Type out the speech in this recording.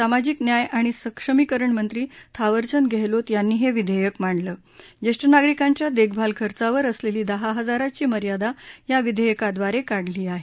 सामाजिक न्याय आणि सक्षमीकरण मंत्री थावरचंद गेहलोत यांनी हे विधेयक मांडलं जेष्ठ नागरिकांच्या देखभाल खर्चावर असलेली दहा हजारांची मर्यादा या विधेयकाद्वारे काढली आहे